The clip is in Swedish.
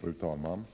Fru talman!